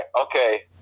Okay